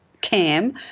Cam